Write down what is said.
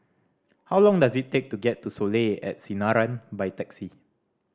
how long does it take to get to Soleil at Sinaran by taxi